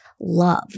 love